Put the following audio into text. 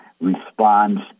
responds